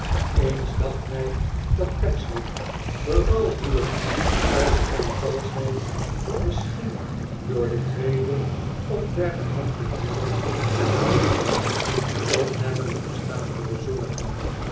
eens dacht hij dat pecksniff berouw voelend over zijn valschheid misschien door de tweede of derde hand dit middel had aangewend om hem een bestaan te bezorgen